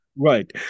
Right